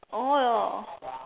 oh ya